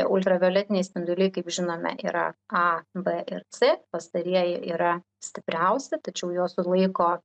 ultravioletiniai spinduliai kaip žinome yra a b ir c pastarieji yra stipriausi tačiau juos sulaiko